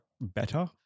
better